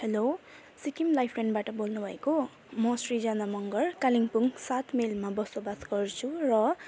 hello Sikkim लाइफलाइनबाट बोल्नु भएको म सृजना मगर कालेम्पोङ सात माइलमा बसोबास गर्छु र